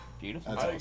Beautiful